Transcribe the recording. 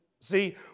see